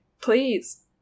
Please